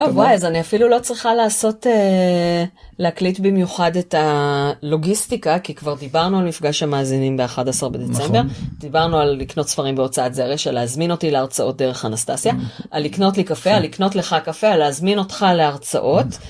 אז אני אפילו לא צריכה לעשות, להקליט במיוחד את הלוגיסטיקה, כי כבר דיברנו על מפגש המאזינים ב-11 בדצמבר, דיברנו על לקנות ספרים בהוצאת זרש, על להזמין אותי להרצאות דרך אנסטסיה, על לקנות לי קפה, על לקנות לך קפה, על להזמין אותך להרצאות.